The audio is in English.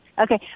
Okay